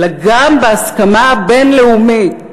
אלא גם בהסכמה הבין-לאומית.